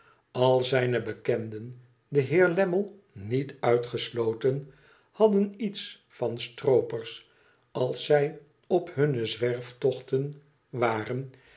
al zijne bekenden de heer lammie niet uitgesloten hadden iets van stroopers als zij op hunne zwerftochten waren